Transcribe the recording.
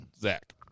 Zach